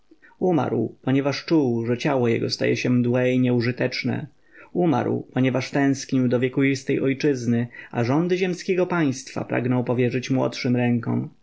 umarł ponieważ czuł że ciało jego staje się mdłe i nieużyteczne umarł ponieważ tęsknił do wiekuistej ojczyzny a rządy ziemskiego państwa pragnął powierzyć młodszym rękom